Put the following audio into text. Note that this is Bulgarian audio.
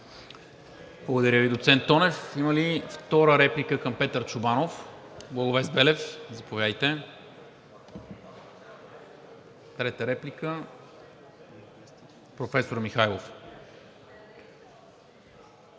Благодаря Ви, доцент Тонев. Има ли втора реплика към Петър Чобанов? Благовест Белев, заповядайте. Трета реплика – професор Михайлов.